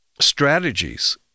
strategies